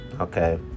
okay